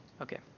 Okay